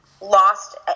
lost